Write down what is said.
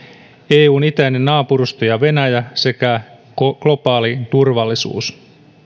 eun itäinen naapurusto ja venäjä sekä globaali turvallisuus